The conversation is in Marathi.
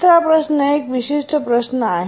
तिसरा प्रश्न एक विशिष्ट प्रश्न आहे